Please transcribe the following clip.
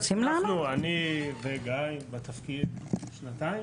אנחנו בתפקיד שנתיים